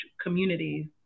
communities